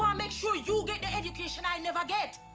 um make sure you get the education i never get!